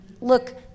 look